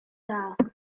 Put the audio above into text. hotel